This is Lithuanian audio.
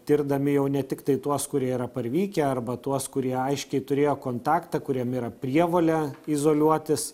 tirdami jau ne tiktai tuos kurie yra parvykę arba tuos kurie aiškiai turėjo kontaktą kuriem yra prievolė izoliuotis